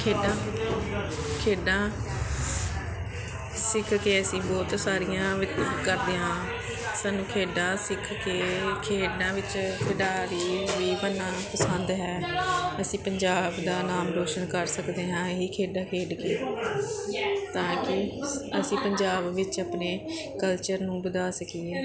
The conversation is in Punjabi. ਖੇਡਾਂ ਖੇਡਾਂ ਸਿੱਖ ਕੇ ਅਸੀਂ ਬਹੁਤ ਸਾਰੀਆਂ ਕਰਦੇ ਹਾਂ ਸਾਨੂੰ ਖੇਡਾਂ ਸਿੱਖ ਕੇ ਖੇਡਾਂ ਵਿੱਚ ਖਿਡਾਰੀ ਵੀ ਬਣਨਾ ਪਸੰਦ ਹੈ ਅਸੀਂ ਪੰਜਾਬ ਦਾ ਨਾਮ ਰੌਸ਼ਨ ਕਰ ਸਕਦੇ ਹਾਂ ਇਹੀ ਖੇਡਾਂ ਖੇਡ ਕੇ ਤਾਂ ਕਿ ਅਸੀਂ ਪੰਜਾਬ ਵਿੱਚ ਆਪਣੇ ਕਲਚਰ ਨੂੰ ਵਧਾ ਸਕੀਏ